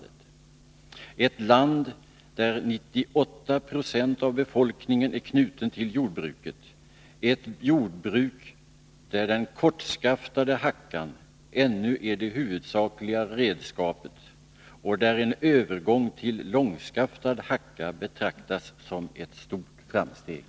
Det är ett land där 98 90 av befolkningen är knuten till jordbruket — ett jordbruk där den kortskaftade hackan ännu är det huvudsakliga redskapet och där en övergång till långskaftad hacka betraktas som ett stort framsteg.